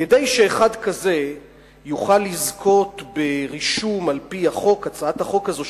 כדי שאחד כזה יוכל לזכות ברישום על-פי הצעת החוק הזאת,